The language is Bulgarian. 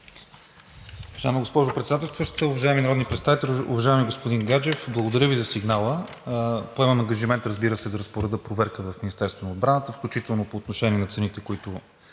Уважаема госпожо Председателстваща, уважаеми народни представители! Уважаеми господин Гаджев, благодаря Ви за сигнала. Поемам ангажимент, разбира се, да разпоредя проверка в Министерството на отбраната, включително по отношение на цените, които